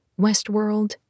Westworld